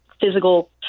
physical